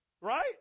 Right